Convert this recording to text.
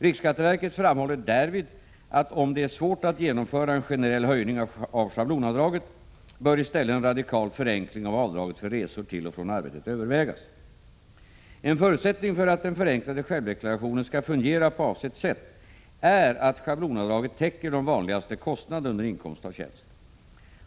Riksskatteverket framhåller därvid, att om det är svårt att genomföra en generell höjning av schablonavdraget, bör i stället en radikal förenkling av avdraget för resor till och från arbetet övervägas. En förutsättning för att den förenklade självdeklarationen skall fungera på avsett sätt är att schablonavdraget täcker de vanligaste kostnaderna under inkomst av tjänst.